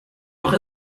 doch